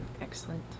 Excellent